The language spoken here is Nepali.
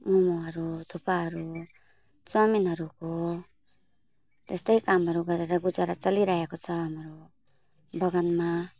मोमोहरू थुक्पाहरू चाउमिनहरू हो त्यस्तै कामहरू गरेर गुजारा चलिरहेको छ हाम्रो बगानमा